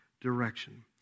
direction